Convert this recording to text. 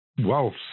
wealth